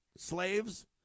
Slaves